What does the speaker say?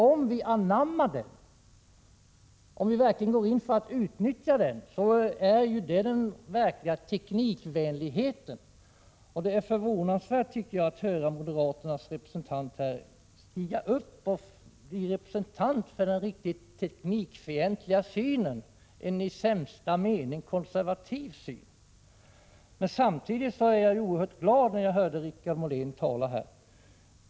Om vi anammar den och verkligen går in för att utnyttja den innebär det en verklig teknikvänlighet. Det är förvånansvärt att höra moderaternas representant stiga upp och bli representant för den riktigt teknikfientliga synen, en i sämsta mening konservativ syn. Samtidigt blev jag oerhört glad när jag hörde Per-Richard Molén tala här.